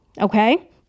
okay